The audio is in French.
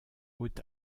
haut